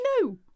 No